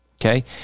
Okay